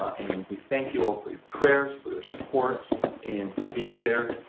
and we thank you all for your prayers, for your support and for being there.